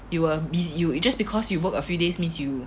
you will be~ you just because you work a few days means you